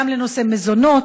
גם לנושא מזונות,